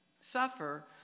suffer